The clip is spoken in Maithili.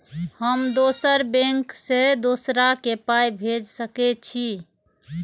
हम दोसर बैंक से दोसरा के पाय भेज सके छी?